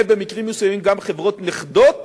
ובמקרים מסוימים גם חברות נכדות,